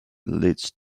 leads